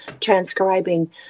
transcribing